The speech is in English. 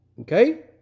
Okay